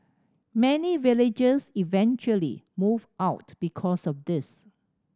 many villagers eventually moved out because of this